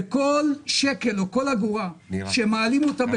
התוצאה בכל שקל או כל אגורה שמעלים היא